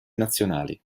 nazionali